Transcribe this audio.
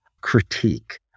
critique